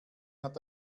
hat